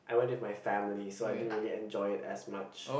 I went with my family so I didn't really enjoy it as much